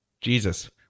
Jesus